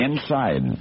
inside